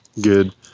good